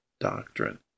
doctrine